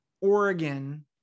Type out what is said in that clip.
Oregon